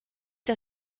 der